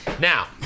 Now